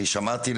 אני שמעתי,